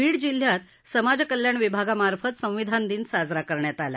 बीड जिल्ह्यात समाज कल्याण विभागामार्फत संविधान दिवस साजरा करण्यात आला